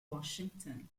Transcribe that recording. washington